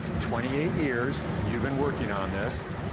twenty eight years you've been working on this,